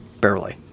barely